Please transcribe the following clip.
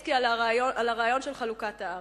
ז'בוטינסקי על הרעיון של חלוקת הארץ: